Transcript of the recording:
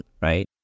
right